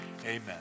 Amen